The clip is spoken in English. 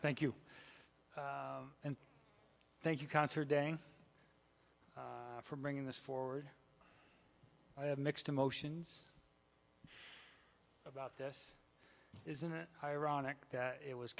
thank you and thank you cancer day for bringing this forward i have mixed emotions about this isn't it ironic that it was